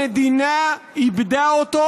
המדינה איבדה אותו.